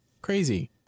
Crazy